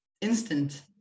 instant